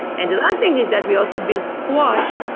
and the last thing is that we also build squash,